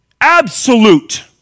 Absolute